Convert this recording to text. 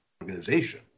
organization